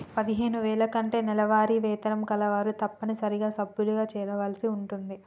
పదిహేను వేల కంటే నెలవారీ వేతనం కలవారు తప్పనిసరిగా సభ్యులుగా చేరవలసి ఉంటుంది